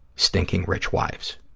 stinking-rich wives.